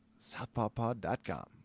southpawpod.com